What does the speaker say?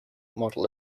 model